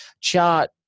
chart